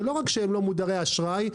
שלא רק שהם לא מודרי אשראי,